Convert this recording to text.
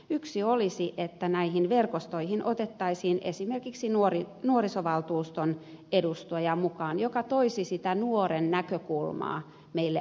yksi keino olisi että näihin verkostoihin otettaisiin mukaan esimerkiksi nuorisovaltuuston edustaja joka toisi sitä nuoren näkökulmaa meille aikuisille